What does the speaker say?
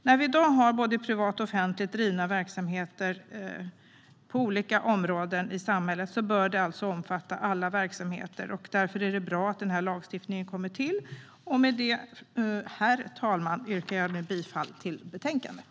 När vi i dag har både privat och offentligt drivna verksamheter på olika områden i samhället bör det alltså omfatta alla verksamheter. Därför är det bra att denna lagstiftning kommer till. Med det, herr talman, yrkar jag bifall till förslaget i betänkandet.